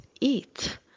eat